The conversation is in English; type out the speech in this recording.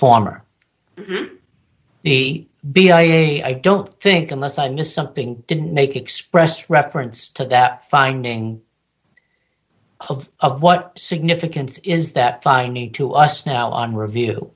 former he beat i e i don't think unless i missed something didn't make expressed reference to that finding of what significance is that fine need to us now on review